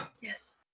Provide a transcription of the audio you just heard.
Yes